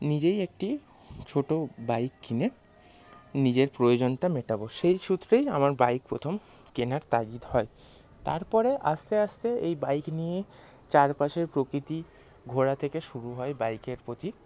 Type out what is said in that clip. নিজেই একটি ছোটো বাইক কিনে নিজের প্রয়োজনটা মেটাবো সেই সূত্রেই আমার বাইক প্রথম কেনার তাগিদ হয় তারপরে আসতে আসতে এই বাইক নিয়ে চারপাশের প্রকৃতি ঘোরা থেকে শুরু হয় বাইকের প্রতি